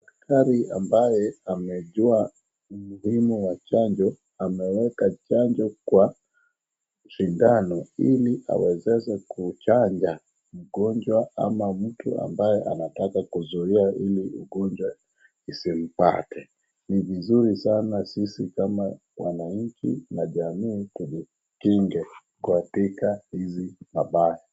Daktari ambaye amejua umuhimu wa chanjo ameweka chanjo kwa sindano ili awezeshe kuchanja mgonjwa ama mtu ambaye anataka kuzuia hii ugonjwa isimpate. Ni vizuri sana sisi kama wananchi na jamii tujikinge katika hizi mabaya.